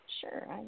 sure